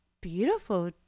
beautiful